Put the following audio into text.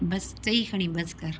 बसि चई खणी बसि कर